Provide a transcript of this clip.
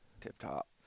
tip-top